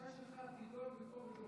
הבקשה שלך תידון בכובד ראש.